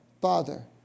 Father